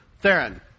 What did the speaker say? Theron